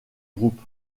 groupe